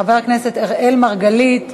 חבר הכנסת אראל מרגלית,